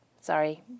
Sorry